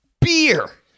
beer